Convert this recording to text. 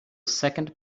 second